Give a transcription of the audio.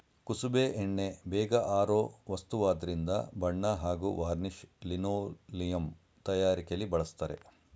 ಕುಸುಬೆ ಎಣ್ಣೆ ಬೇಗ ಆರೋ ವಸ್ತುವಾದ್ರಿಂದ ಬಣ್ಣ ಹಾಗೂ ವಾರ್ನಿಷ್ ಲಿನೋಲಿಯಂ ತಯಾರಿಕೆಲಿ ಬಳಸ್ತರೆ